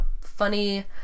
funny